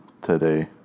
today